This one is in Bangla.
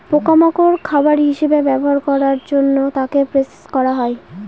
পোকা মাকড় খাবার হিসেবে ব্যবহার করার জন্য তাকে প্রসেস করা হয়